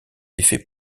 effet